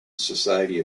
society